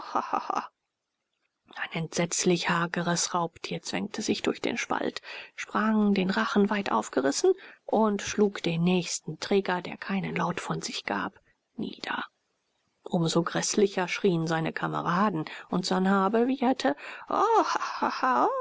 ein entsetzlich hageres raubtier zwängte sich durch den spalt sprang den rachen weit aufgerissen und schlug den nächsten träger der keinen laut von sich gab nieder um so gräßlicher schrien seine kameraden und sanhabe wieherte